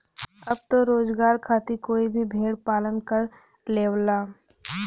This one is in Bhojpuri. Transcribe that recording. अब त रोजगार खातिर कोई भी भेड़ पालन कर लेवला